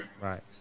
Right